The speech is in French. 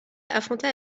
affronta